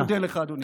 אני מודה לך, אדוני.